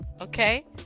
Okay